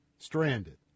Stranded